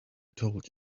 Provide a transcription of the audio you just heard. told